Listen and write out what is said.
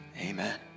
amen